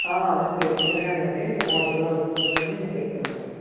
అదే అండి తెప్పిద్దురు గాని అండి మంచి రోజు చూసుకుని చెప్తాను అండి